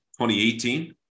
2018